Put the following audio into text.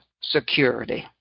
security